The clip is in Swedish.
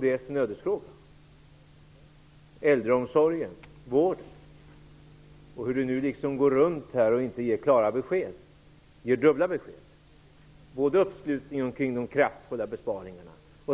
Detta, äldreomsorgen och vården, är en ödesfråga för kds. Stefan Attefall går runt detta och ger dubbla budskap. Det är uppslutning kring de kraftfulla besparingarna,